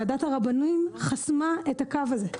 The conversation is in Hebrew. ועדת הרבנים חסמה את הקו הזה.